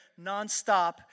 nonstop